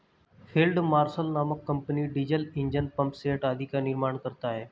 field marshal नामक company diesel engine, pumpset आदि का निर्माण करता है